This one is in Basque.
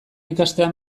ikastea